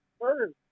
first